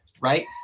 right